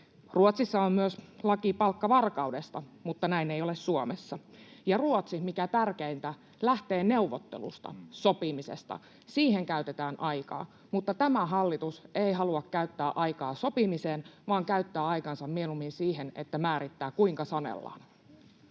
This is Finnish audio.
Ruotsissa on myös laki palkkavarkaudesta, mutta näin ei ole Suomessa. Ja Ruotsi, mikä tärkeintä, lähtee neuvottelusta ja sopimisesta, ja siihen käytetään aikaa, mutta tämä hallitus ei halua käyttää aikaa sopimiseen, vaan käyttää aikansa mieluummin siihen, että määrittää, kuinka sanellaan.